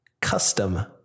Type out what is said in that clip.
custom